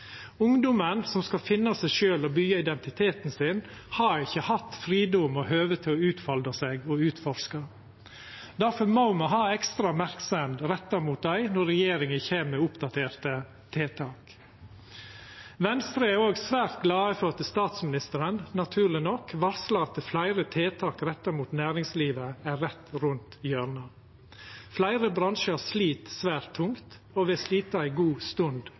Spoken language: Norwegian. som skal finna seg sjølv og byggja identiteten sin, har ikkje hatt fridom og høve til å utfolda seg og utforska. Difor må me ha ekstra merksemd retta mot dei når regjeringa kjem med oppdaterte tiltak. Venstre er òg svært glad for at statsministeren naturleg nok varslar at fleire tiltak retta mot næringslivet er rett rundt hjørnet. Fleire bransjar slit svært tungt, og vil slita ei god stund